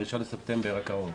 ב-1 בספטמבר הקרוב.